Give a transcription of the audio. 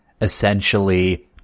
essentially